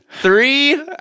Three